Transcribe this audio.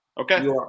Okay